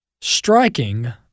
striking